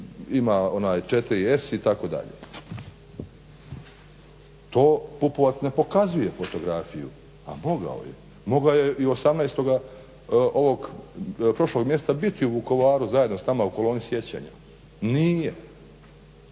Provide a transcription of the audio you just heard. ima SSSS itd. To Pupovac ne pokazuje fotografiju, a mogao je, mogao je i 18.prošlog mjeseca biti u Vukovaru zajedno s nama u koloni sjećanja. Nije,